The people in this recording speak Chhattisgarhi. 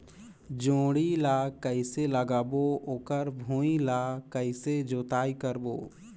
जोणी ला कइसे लगाबो ओकर भुईं ला कइसे जोताई करबो?